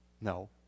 No